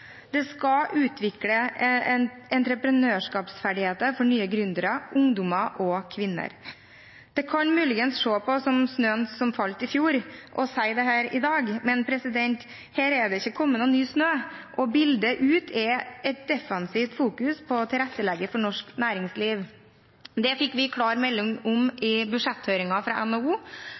Det skal utvikle entreprenørskapsferdigheter for nye gründere, ungdommer og kvinner. Det kan muligens ses på som snøen som falt i fjor, å si dette i dag. Men her er det ikke kommet noen ny snø, og bildet ut er et defensivt fokus på å tilrettelegge for norsk næringsliv. Det fikk vi klar melding om fra NHO i